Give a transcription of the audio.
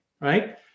right